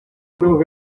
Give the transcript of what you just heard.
estemos